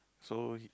so